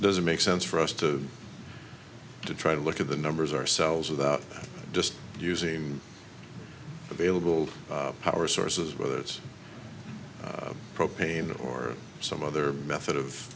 doesn't make sense for us to try to look at the numbers ourselves without just using available power sources whether it's propane or some other method of